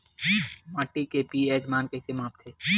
माटी के पी.एच मान कइसे मापथे?